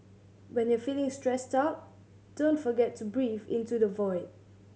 when you are feeling stressed out don't forget to breathe into the void